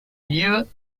lieu